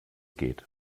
geht